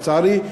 לצערי,